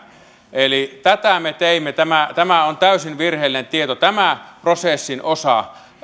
eli tätä me teimme tämä tämä on täysin virheellinen tieto tämä prosessin osa